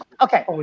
Okay